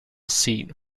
seat